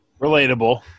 Relatable